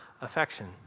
affection